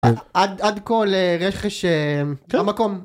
עד כה לרכש המקום.